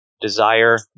desire